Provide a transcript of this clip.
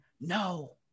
No